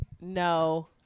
No